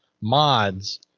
mods